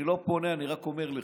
אני לא פונה, אני רק אומר לך.